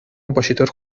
compositor